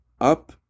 up